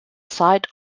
site